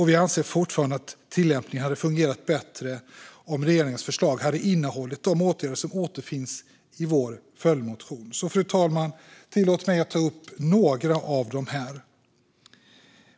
Vi anser fortfarande att tillämpningen hade fungerat bättre om regeringens förslag hade innehållit de åtgärder som återfinns i vår följdmotion. Tillåt mig att ta upp några av dem, fru talman.